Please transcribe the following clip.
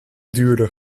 duurder